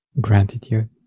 gratitude